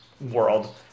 world